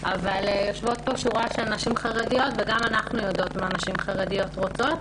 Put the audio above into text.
אבל יושבות פה מספר נשים חרדיות וגם אנחנו יודעות מה נשים חרדיות רוצות.